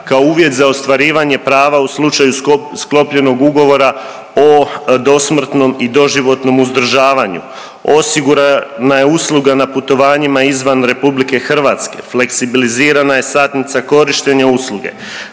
kao uvjet za ostvarivanje prava u slučaju sklopljenog ugovora o dosmrtnom i doživotnom uzdržavanju, osigurana je usluga na putovanjima izvan RH, fleksibilizirana je satnica korištenja usluge,